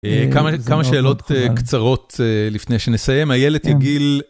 כמה שאלות קצרות לפני שנסיים, הילד יגיל.